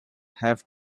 have